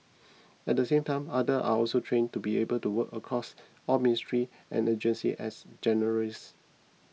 at the same time other are also trained to be able to work across all ministries and agencies as generalists